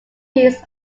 piece